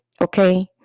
okay